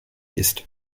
ist